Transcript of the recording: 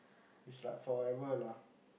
it's like forever lah